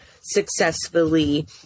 successfully